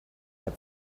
had